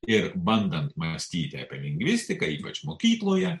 ir bandant mąstyti apie lingvistiką ypač mokykloje